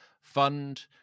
fund